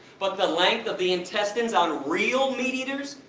but the length of the intestines on real meat eaters,